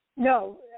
No